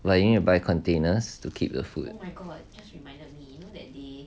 like you nearby containers to keep the food